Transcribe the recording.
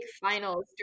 finals